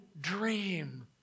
dream